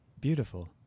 beautiful